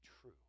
true